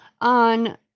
on